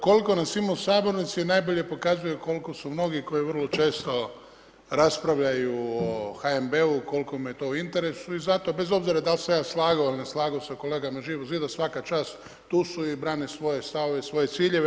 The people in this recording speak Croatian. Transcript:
Koliko nas ima u sabornici najbolje pokazuje koliko su mnogi koje vrlo često raspravljaju o HNB-u koliko im je to u interesu i zato, bez obzira da li se ja slagao ili ne slagao sa kolegama Živog zida, svaka čast, tu su i brane svoje stavove i svoje ciljeve.